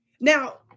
Now